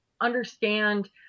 understand